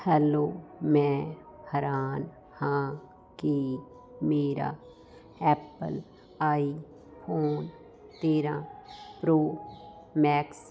hello ਮੈਂ ਹੈਰਾਨ ਹਾਂ ਕਿ ਮੇਰਾ ਐਪਲ ਆਈਫੋਨ ਤੇਰਾਂ ਪ੍ਰੋ ਮੈਕਸ